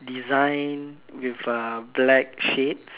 design with uh black shades